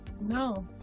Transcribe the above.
No